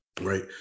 right